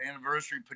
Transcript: anniversary